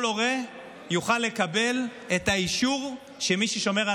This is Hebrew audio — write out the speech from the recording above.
כל הורה יוכל לקבל את האישור שמי ששומרים